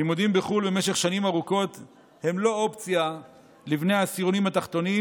לימודים בחו"ל במשך שנים ארוכות הם לא אופציה לבני העשירונים התחתונים,